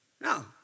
No